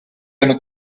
hanno